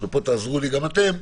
ופה תעזרו לי גם אתם,